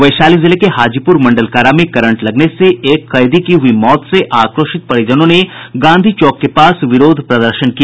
वैशाली जिले के हाजीपुर मंडल कारा में करंट लगने से एक कैदी की हुई मौत से आक्रोशित परिजनों ने गांधी चौक के पास विरोध प्रदर्शन किया